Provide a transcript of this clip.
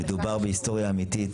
אני חושב שמדובר בהיסטוריה אמיתית,